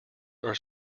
are